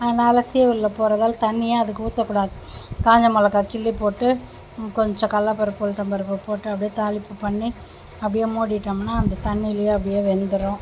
அதனால சீவலில் போகிறதால தண்ணியே அதுக்கு ஊற்ற கூடாது காஞ்ச மிளகா கிள்ளி போட்டு கொஞ்சம் கடல பருப்பு உளுத்தம்பருப்பு போட்டு அப்படியே தாளிப்பு பண்ணி அப்படியே மூடிவிட்டோம்னா அந்த தண்ணிலேயே அப்படியே வெந்துடும்